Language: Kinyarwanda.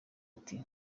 ati